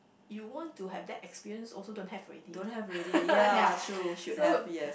you want to have that experience also don't have already ya so